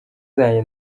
zanjye